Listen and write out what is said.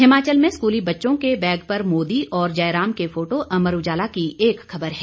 हिमाचल में स्कूली बच्चों के बैग पर मोदी और जयराम के फोटो अमर उजाला की एक खबर है